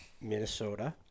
Minnesota